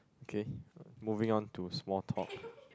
okay moving on to small talk